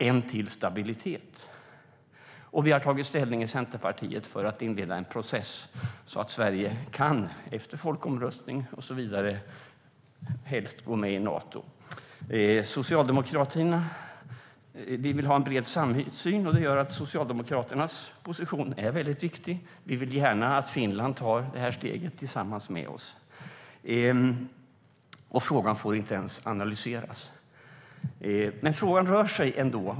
Vi i Centerpartiet har tagit ställning för att inleda en process så att Sverige, efter folkomröstning och så vidare, kan gå med i Nato. Vi vill ha en bred samsyn, och det gör att Socialdemokraternas position är viktig. Vi vill också gärna att Finland tar det här steget tillsammans med oss. Frågan får inte ens analyseras, men frågan rör sig ändå.